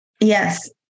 Yes